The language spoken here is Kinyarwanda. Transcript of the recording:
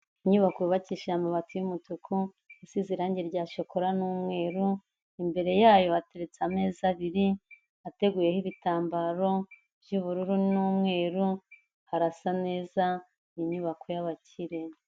Inyubako yubakishije amabati y'umutuku isize irangi rya shokora n'umweru, imbere yayo bateretse ameza abiri ateguyeho ibitambaro by'ubururu n'umweru harasa neza inyubako y'abakire.